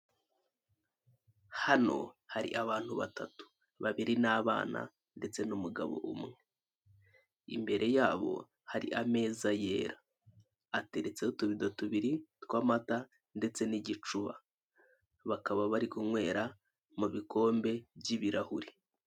Hano hari abantu batatu, babiri n'abana ndetse n'umugabo umwe, imbere yabo hari ameza yera ateretseho utubido tubiri tw'amata ndetse n'igicuba bakaba bari kunywera mu bikombe by'ibirahuri.